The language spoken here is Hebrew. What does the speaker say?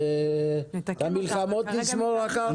ואת המלחמות נשמור לאחר כך.